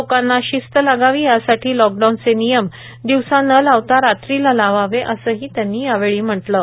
लोकांना शिस्त लागावी ह्यासाठी लॉकडाउनचे नियम दिवसा न लावता रात्रीला लावावे असे त्यांनी यावेळी म्हटले आहे